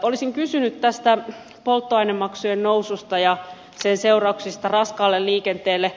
olisin kysynyt polttoainemaksujen noususta ja sen seurauksista raskaalle liikenteelle